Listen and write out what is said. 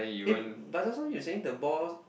eh but just now you saying the ball